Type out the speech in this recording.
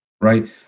right